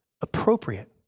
appropriate